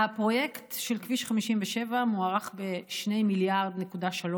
הפרויקט של כביש 57 מוערך ב-2.3 מיליארד,